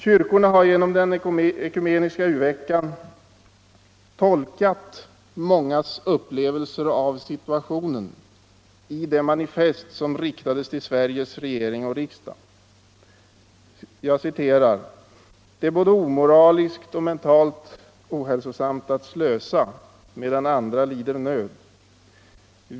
Kyrkorna har genom den ekumeniska u-veckan tolkat mångas upplevelser av situationen i det manifest som riktades till Sveriges regering och riksdag: ”Det är både omoraliskt och mentalt ohälsosamt att slösa, medan andra lider nöd.